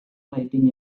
writing